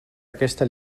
aquesta